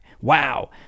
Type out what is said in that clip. wow